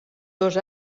dos